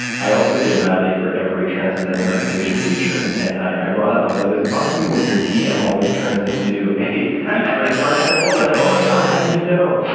i also feel badly for every transcendental meditation teacher, and i brought up i was like, does it bother you when your tm always turns into a trademark symbol? and they're like, oh, my god, how did you know?